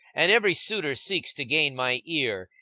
and every suitor seeks to gain my ear,